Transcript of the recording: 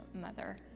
mother